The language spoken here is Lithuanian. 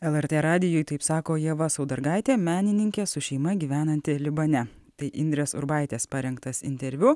lrt radijui taip sako ieva saudargaitė menininkė su šeima gyvenanti libane tai indrės urbaitės parengtas interviu